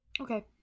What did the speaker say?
Okay